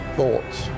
thoughts